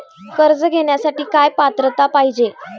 कर्ज घेण्यासाठी काय पात्रता पाहिजे?